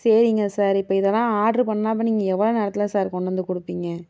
சரிங்க சார் இப்போ இதெல்லாம் ஆடர் பண்ணிணாகா நீங்கள் எவ்வளோ நேரத்தில் சார் கொண்டாந்து கொடுப்பீங்க